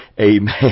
Amen